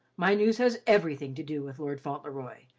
my news has everything to do with lord fauntleroy.